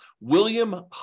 William